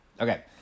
Okay